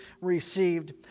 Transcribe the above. received